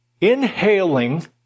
inhaling